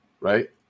right